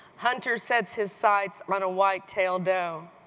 hunter sets his sights on a white tail dough,